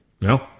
No